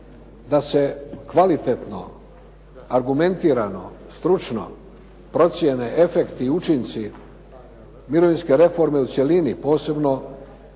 da se kvalitetno, argumentirano, stručno procijene efekti i učinci mirovinske reforme u cjelini, posebno